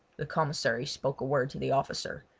the commissary spoke a word to the officer,